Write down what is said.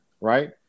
right